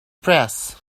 press